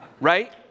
right